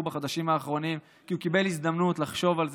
בחודשים האחרונים כי הוא קיבל הזדמנות לחשוב על זה,